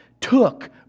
took